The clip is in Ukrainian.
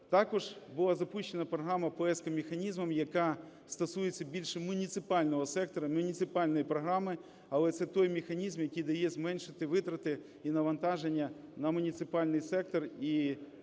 Також була запущена програма пошуку механізмів, яка стосується більше муніципального сектору, муніципальної програми, але це той механізм, який дає зменшити витрати і навантаження на муніципальний сектор